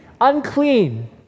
unclean